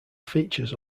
features